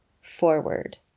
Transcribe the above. forward